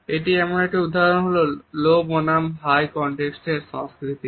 এটি একটি উদাহরণ হল লো বনাম হাই কন্টেক্সট সংস্কৃতির